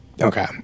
Okay